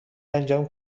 انجام